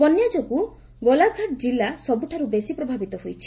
ବନ୍ୟାଯୋଗୁଁ ଗୋଲାଘାଟ୍ ଜିଲ୍ଲା ସବୁଠାରୁ ବେଶୀ ପ୍ରଭାବିତ ହୋଇଛି